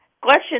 Question